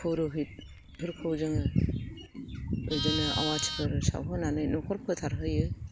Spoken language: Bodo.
पुरुहिदफोरखौ जोङो बिदिनो आवाथिफोर सावहोनानै न'खर फोथार होयो